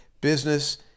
business